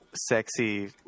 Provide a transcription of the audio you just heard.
sexy